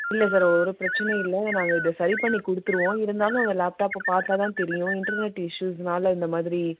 இல்லை சார் ஒரு பிரச்சினையும் இல்லை நாங்கள் இதை சரி பண்ணி கொடுத்துருவோம் இருந்தாலும் அந்த லேப்டாப்பை பார்த்தா தான் தெரியும் இன்டர்நெட் இஸ்யூஸ்னால் இந்த மாதிரி